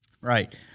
Right